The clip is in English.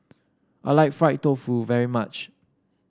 I like Fried Tofu very much